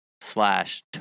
slash